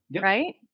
right